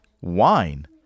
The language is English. wine